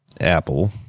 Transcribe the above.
apple